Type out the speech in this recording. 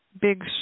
big